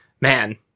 man